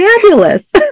Fabulous